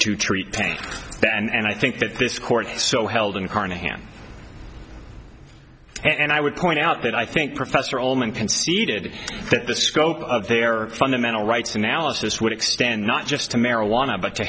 to treat pain and i think that this court so held in carnahan and i would point out that i think professor allman conceded that the scope of their fundamental rights analysis would extend not just to marijuana but to